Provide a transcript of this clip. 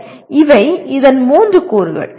சரி இவை இதன் மூன்று கூறுகள்